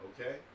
Okay